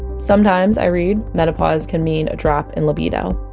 sometimes, i read, menopause can mean a drop in libido.